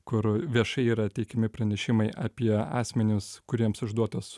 kur viešai yra teikiami pranešimai apie asmenius kuriems išduotas